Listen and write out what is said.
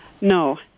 No